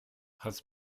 has